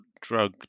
drug